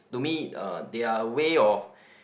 to me uh they are a way of